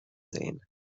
sehen